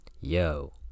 Yo